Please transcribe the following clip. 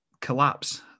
Collapse